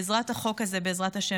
בעזרת החוק הזה,